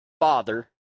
father